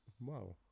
wow